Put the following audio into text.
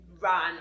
run